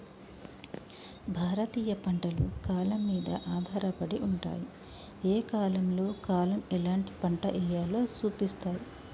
భారతీయ పంటలు కాలం మీద ఆధారపడి ఉంటాయి, ఏ కాలంలో కాలం ఎలాంటి పంట ఎయ్యాలో సూపిస్తాయి